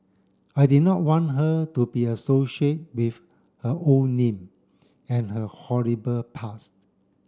I did not want her to be associate with her old name and her horrible past